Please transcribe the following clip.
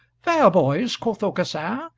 fair boys, quoth aucassin,